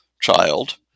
child